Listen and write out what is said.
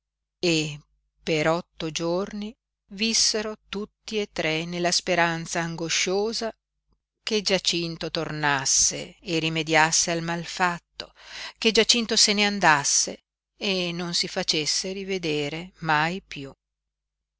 e per otto giorni vissero tutti e tre nella speranza angosciosa che giacinto tornasse e rimediasse al malfatto che giacinto se ne andasse e non si facesse rivedere mai piú